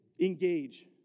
engage